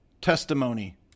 testimony